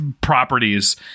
properties